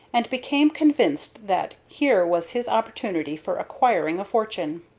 and became convinced that here was his opportunity for acquiring a fortune.